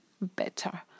better